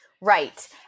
Right